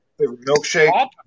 Milkshake